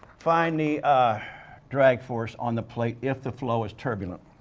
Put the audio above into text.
find the drag force on the plate if the flow is turbulent.